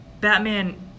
Batman